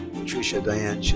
patricia diane